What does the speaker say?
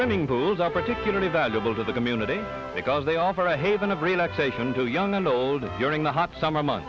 winning pools are particularly valuable to the community because they offer a haven of relaxation to young and old during the hot summer